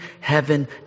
heaven